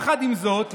עם זאת,